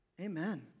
Amen